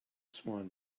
swan